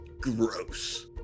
Gross